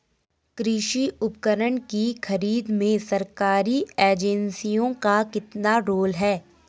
कृषि उपकरण की खरीद में सरकारी एजेंसियों का कितना रोल है?